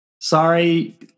Sorry